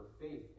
faith